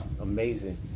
amazing